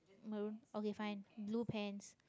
maroon okay fine blue pants